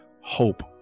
hope